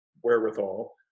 wherewithal